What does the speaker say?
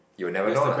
you never know lah